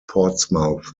portsmouth